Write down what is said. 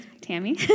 Tammy